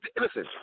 Listen